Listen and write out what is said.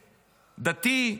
דתי,